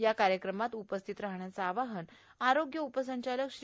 या कार्यक्रमात उपस्थित राहण्याचे आवाहन आरोग्य उपसंचालक श्री